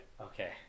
Okay